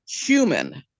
human